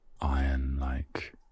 iron-like